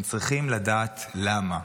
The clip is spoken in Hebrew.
הם צריכים לדעת למה.